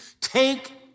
Take